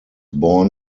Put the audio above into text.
born